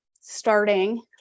starting